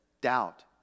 doubt